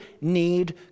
need